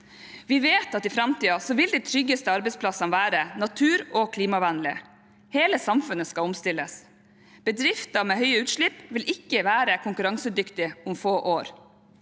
Vi vet at i framtiden vil de tryggeste arbeidsplassene være natur- og klimavennlige. Hele samfunnet skal omstilles. Bedrifter med høye utslipp vil ikke være konkurransedyktige om få år.